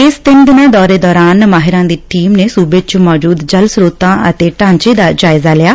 ਇਸ ਤਿੰਨ ਦਿਨਾਂ ਦੌਰੇ ਦੋਰਾਨ ਮਾਹਿਰਾਂ ਦੀ ਟੀਮ ਨੇ ਸੂਬੇ 'ਚ ਮੋਜੂਦ ਜਲ ਸ੍ਰੋਤਾਂ ਅਤੇ ਢਾਚੇ ਦਾ ਜਾਇਜਾ ਲਿਆ